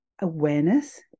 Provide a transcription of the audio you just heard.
awareness